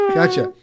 Gotcha